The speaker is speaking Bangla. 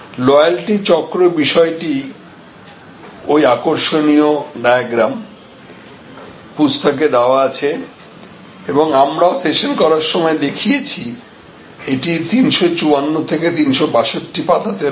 লয়ালটি চক্র বিষয়টি ও ওই আকর্ষণীয় ডায়াগ্রাম পুস্তকে দেওয়া আছে এবং আমরাও সেশন করার সময় দেখিয়েছি এটি 354 থেকে 362 পাতাতে রয়েছে